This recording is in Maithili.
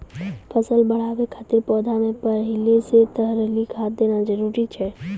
फसल बढ़ाबै खातिर पौधा मे पहिले से तरली खाद देना जरूरी छै?